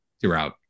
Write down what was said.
throughout